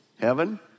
heaven